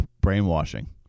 brainwashing